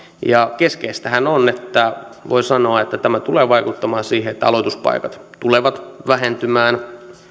keskeistähän on että voi sanoa että tämä tulee vaikuttamaan siihen että aloituspaikat tulevat vähentymään